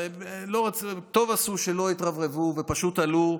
טוב עשו שלא התרברבו ופשוט עלו,